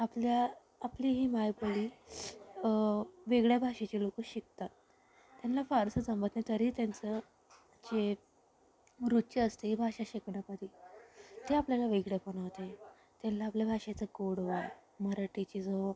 आपल्या आपली ही मायबोली वेगळ्या भाषेचे लोक शिकतात त्यांना फारसं जमत नही तरी त्यांचं जे रोजचे असते भाषा शिकण्यामध्ये ते आपल्याला वेगळं बनवते त्यांना आपल्या भाषेचा गोडवा मराठीची जो